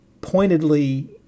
pointedly